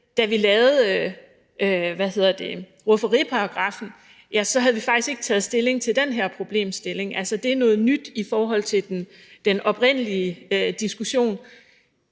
da vi lavede rufferiparagraffen, havde vi faktisk ikke taget stilling til den her problemstilling; altså, det er noget nyt i forhold til den oprindelige diskussion.